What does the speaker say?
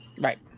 right